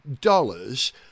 dollars